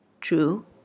True